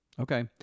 okay